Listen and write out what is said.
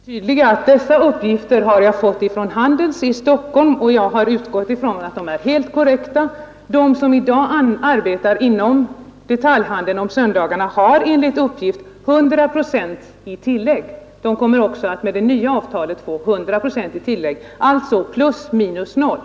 Herr talman! Jag vill bara tillägga att jag har fått dessa uppgifter från Handels i Stockholm. Jag har utgått ifrån att de är korrekta. De som i dag arbetar inom detaljhandeln om söndagarna har enligt uppgift 100 procent i tillägg. De kommer också med det nya avtalet att få 100 procent i tillägg, alltså plus minus noll.